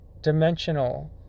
dimensional